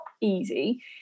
easy